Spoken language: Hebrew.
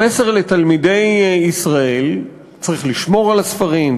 המסר לתלמידי ישראל: צריך לשמור על הספרים,